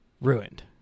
Ruined